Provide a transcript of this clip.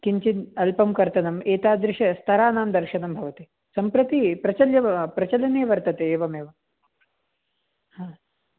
किञ्चित् अल्पं कर्तनम् एतादृशस्तरानां दर्शनं भवति सम्प्रति प्रचलने वर्तते एवमेव हा